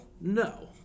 No